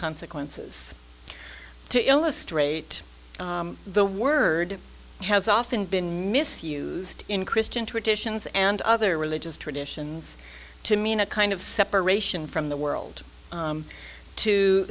consequences to illustrate the word has often been misused in christian traditions and other religious traditions to mean a kind of separation from the world